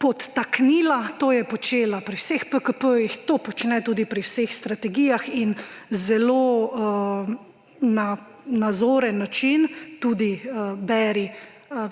podtaknila, to je počela pri vseh PKP, to počne tudi pri vseh strategijah in zelo na nazoren način – tudi beri: